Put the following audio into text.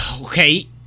okay